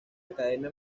academia